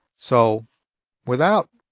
so without